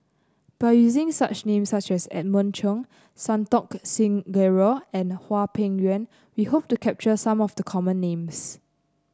by using such name such as Edmund Cheng Santokh Singh Grewal and Hwang Peng Yuan we hope to capture some of the common names